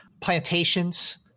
plantations